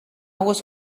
was